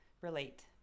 relate